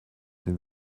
den